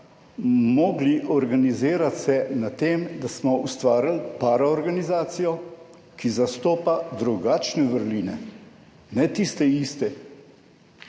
mogli organizirati se na tem, da smo ustvarili paraorganizacijo, ki zastopa drugačne vrline, ne tiste iste,